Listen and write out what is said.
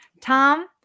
Tom